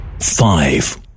Five